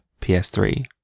PS3